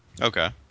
Okay